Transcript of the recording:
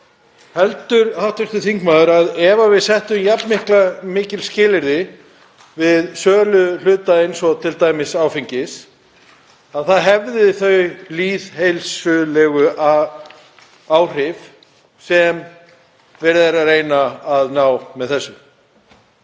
Heldur hv. þingmaður að ef við settum jafn mikil skilyrði við sölu hluta eins og t.d. áfengis hefði það þau lýðheilsulegu áhrif sem verið er að reyna að ná með þessu?